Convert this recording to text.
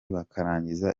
bakarangiza